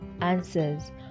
answers